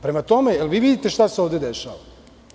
Prema tome, da li vi vidite šta se ovde dešava?